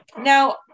Now